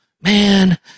Man